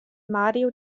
mario